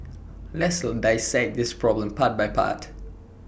let's dissect this problem part by part